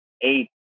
eight